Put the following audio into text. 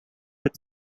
with